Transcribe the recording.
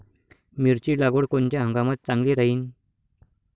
मिरची लागवड कोनच्या हंगामात चांगली राहीन?